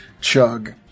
chug